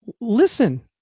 Listen